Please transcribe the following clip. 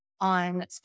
on